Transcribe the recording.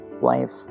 wife